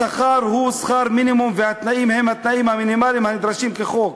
השכר הוא שכר מינימום והתנאים הם התנאים המינימליים הנדרשים כחוק.